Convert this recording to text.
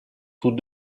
tous